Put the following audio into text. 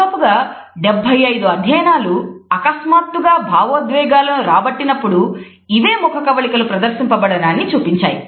దాదాపుగా 75 అధ్యయనాలు అకస్మాత్తుగా భావోద్వేగాలను రాబట్టినప్పుడు ఇవే ముఖకవళికలు ప్రదర్శింపబడడాన్ని చూపించాయి